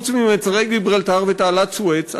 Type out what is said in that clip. חוץ ממצרי גיברלטר ותעלת סואץ,